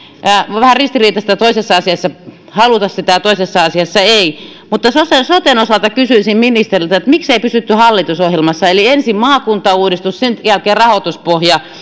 vähän ristiriitaista toisessa asiassa haluta sitä ja toisessa asiassa ei mutta soten soten osalta kysyisin ministeriltä miksei pysytty hallitusohjelmassa eli ensin maakuntauudistus sen jälkeen rahoituspohja